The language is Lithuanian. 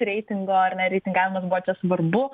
reitingo ar ne reitingavimas buvo čia svarbu